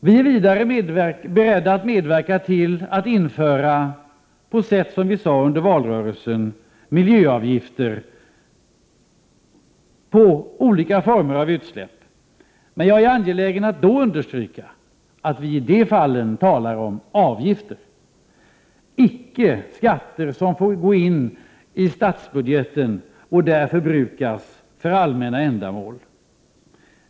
Vi är vidare beredda att medverka till att införa — på sätt som vi sade under valrörelsen — miljöavgifter på olika former av utsläpp. Men jag är angelägen att understryka att vi i de fallen talar om avgifter, icke om skatter som får gå in i statsbudgeten och där förbrukas för allmänna ändamål.